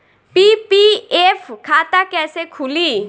PPF खाता कैसे खुली?